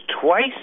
twice